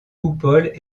coupoles